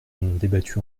débattu